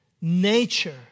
nature